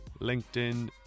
LinkedIn